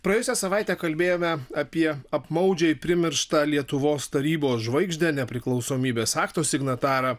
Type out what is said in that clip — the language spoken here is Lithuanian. praėjusią savaitę kalbėjome apie apmaudžiai primirštą lietuvos tarybos žvaigždę nepriklausomybės akto signatarą